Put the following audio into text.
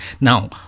Now